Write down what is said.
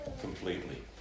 completely